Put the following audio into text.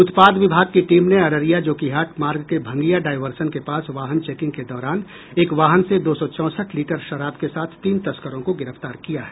उत्पाद विभाग की टीम ने अररिया जोकीहाट मार्ग के भंगिया डायवर्शन के पास वाहन चेकिंग के दौरान एक वाहन से दो सौ चौंसठ लीटर शराब के साथ तीन तस्करों को गिरफ्तार किया है